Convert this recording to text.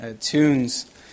tunes